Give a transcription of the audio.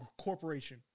corporation